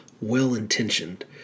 well-intentioned